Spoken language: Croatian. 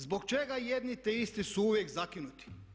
Zbog čega jedni te isti su uvijek zakinuti.